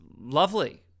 lovely